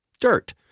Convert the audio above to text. Dirt